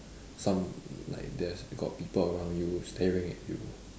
some like death got people around you staring at you